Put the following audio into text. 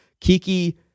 Kiki